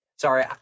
Sorry